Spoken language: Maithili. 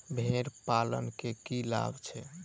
भेड़ पालन केँ की लाभ छै?